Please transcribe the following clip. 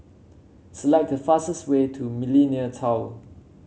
select the fastest way to Millenia Tower